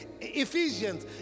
Ephesians